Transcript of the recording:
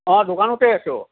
অঁ দোকানতে আছোঁ